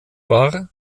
war